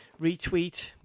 retweet